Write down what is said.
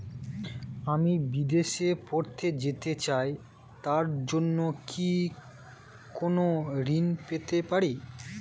আমি বিদেশে পড়তে যেতে চাই তার জন্য কি কোন ঋণ পেতে পারি?